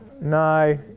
No